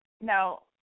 Now